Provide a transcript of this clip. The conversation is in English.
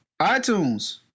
iTunes